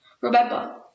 Remember